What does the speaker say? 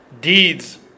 deeds